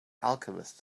alchemist